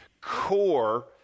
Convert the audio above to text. core